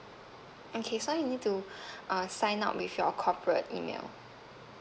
okay so you need to uh sign up with your corporate email